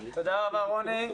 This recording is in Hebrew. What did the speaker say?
תודה רבה, רוני.